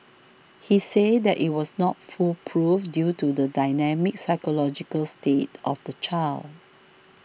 he said that it was not foolproof due to the dynamic psychological state of the child